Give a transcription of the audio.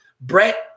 Brett